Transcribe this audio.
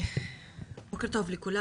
בוקר טוב לכולם.